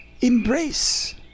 embrace